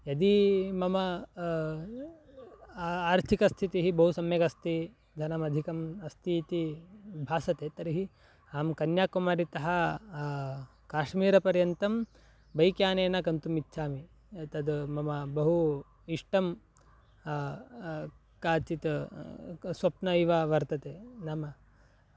यदि मम आर्थिकस्थितिः बहु सम्यगस्ति धनमधिकम् अस्ति इति भासते तर्हि अहं कन्याकुमारीतः काश्मीरपर्यन्तं बैक्यानेन गन्तुम् इच्छामि तद् मम बहु इष्टं कश्चित् स्वप्नः इव वर्तते नाम